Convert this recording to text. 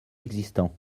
existants